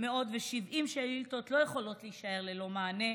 מ-370 שאילתות לא יכולות להישאר ללא מענה.